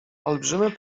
olbrzymy